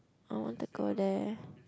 oh the girl there